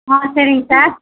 ஆ சரிங்க சார்